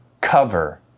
cover